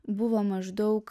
buvo maždaug